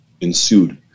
ensued